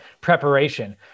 preparation